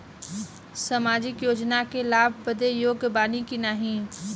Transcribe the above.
सामाजिक योजना क लाभ बदे योग्य बानी की नाही?